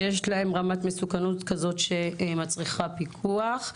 שרמת המסוכנות שלהם מצריכה פיקוח.